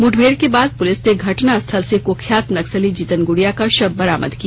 मुठभेड़ के बाद पुलिस ने घटनास्थल से कुख्यात नक्सली जिदन गुड़िया का शव बरामद किया